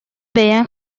бэйэҥ